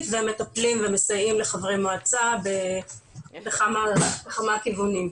מטפלים ומסייעים לחברי מועצה בכמה כיוונים.